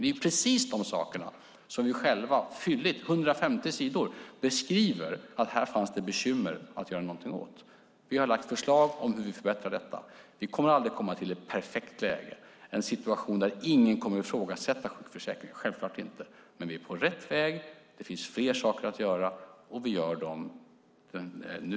Det är precis de sakerna som ni själva fylligt, på 150 sidor, beskrev att det fanns bekymmer att göra någonting åt. Vi har lagt fram förslag om hur vi vill förbättra detta. Vi kommer aldrig att komma till ett perfekt läge, en situation där ingen kommer att ifrågasätta sjukförsäkringen - självklart inte. Men vi är på rätt väg. Det finns fler saker att göra, och vi gör dem nu.